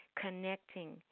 connecting